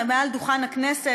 מעל דוכן הכנסת,